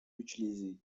utilisé